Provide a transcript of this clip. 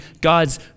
God's